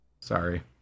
sorry